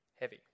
heavy